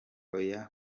oya